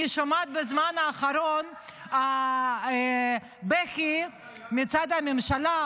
----- אני שומעת בזמן האחרון בכי מצד הממשלה,